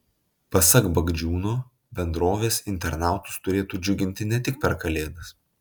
pasak bagdžiūno bendrovės internautus turėtų džiuginti ne tik per kalėdas